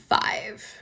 five